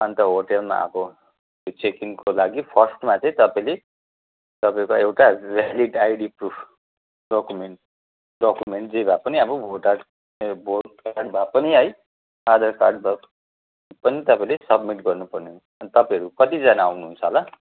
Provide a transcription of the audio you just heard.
अन्त होटेलमा अब चेक इनको लागि फर्स्टमा चाहिँ तपाईँले तपाईँको एउटा valid ID proof document document जे भए पनि अब भोटाड ए भोट कार्ड भए पनि है आधार कार्ड भए पनि तपाईँले सब्मिट गर्नु पर्ने हुन्छ तपाईँहरू कतिजना आउनुहुन्छ होला